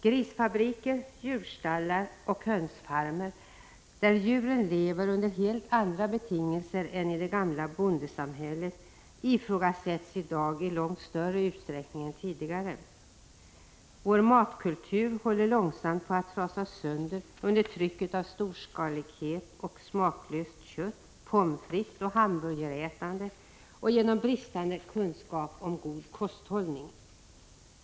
Grisfabriker, djurstallar och hönsfarmer där djuren lever under helt andra betingelser än i det gamla bondesamhället ifrågasätts i dag i långt större utsträckning än tidigare. Vår matkultur håller långsamt på att trasas sönder under trycket av storskalighet och smaklöst kött, pommes fritesoch hamburgerätande och genom bristande kunskap om god kosthållning.